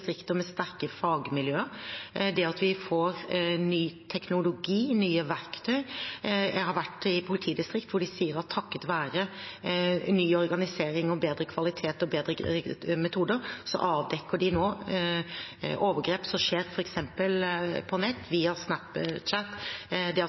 med sterke fagmiljøer, og at vi får ny teknologi, nye verktøy. Jeg har vært i politidistrikt der de sier at takket være ny organisering, bedre kvalitet og bedre metoder avdekker de nå overgrep som f.eks. skjer på